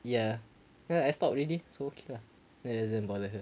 ya uh I stopped already so okay lah that doesn't bother her